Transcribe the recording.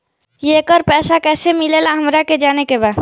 येकर पैसा कैसे मिलेला हमरा के जाने के बा?